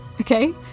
Okay